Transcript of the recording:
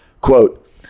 quote